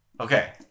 Okay